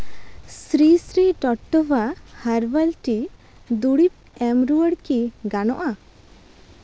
ᱥᱨᱤ ᱥᱨᱤ ᱴᱚᱴᱳᱵᱷᱟ ᱦᱟᱨᱵᱟᱞ ᱴᱤ ᱫᱩᱨᱤᱵ ᱮᱢ ᱨᱩᱣᱟᱹᱲ ᱠᱤ ᱜᱟᱱᱚᱜᱼᱟ